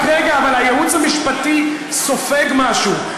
רק רגע, אבל הייעוץ המשפטי סופג משהו.